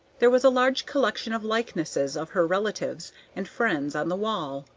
there was a large collection of likenesses of her relatives and friends on the wall,